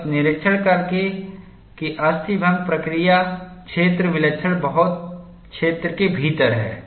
बस निरीक्षण करें कि अस्थिभंग प्रक्रिया क्षेत्र विलक्षण बहुल क्षेत्र के भीतर है